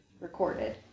recorded